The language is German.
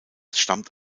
stammt